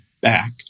back